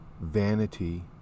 Vanity